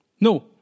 No